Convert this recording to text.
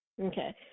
Okay